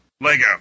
Lego